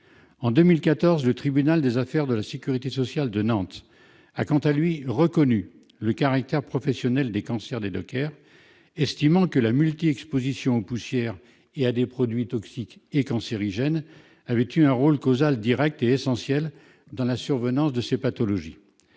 En 2014, le tribunal des affaires de sécurité sociale de Nantes a, quant à lui, reconnu le caractère professionnel des cancers des dockers, estimant que la multiexposition aux poussières et à des produits toxiques et cancérigènes avait joué « un rôle causal direct et essentiel dans la survenance de ces pathologies